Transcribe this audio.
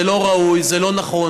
זה לא ראוי, זה לא נכון.